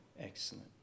excellent